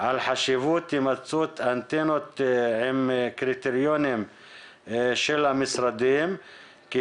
על חשיבות הימצאות אנטנות עם קריטריונים של המשרדים כי